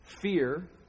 fear